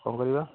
କ'ଣ କରିବା